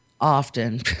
Often